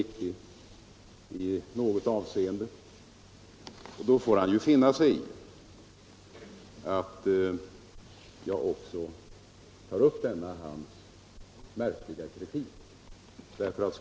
Han får då finna sig i att jag också tar upp denna hans märkliga kritik.